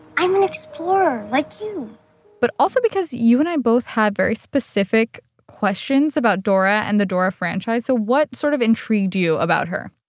i'm an explorer, like you but also because you and i both have very specific questions about dora and the dora franchise. so what sort of intrigued you about her?